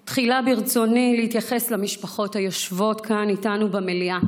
תחילה ברצוני להתייחס למשפחות היושבות כאן איתנו במליאה.